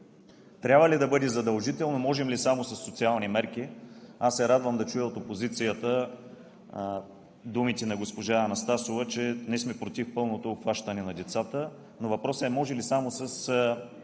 Трябва ли да бъде задължително, можем ли само със социални мерки? Аз се радвам да чуя от опозицията думите на госпожа Анастасова, че ние сме против пълното обхващане на децата, но въпросът е може ли само със